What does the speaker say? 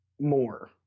more